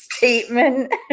statement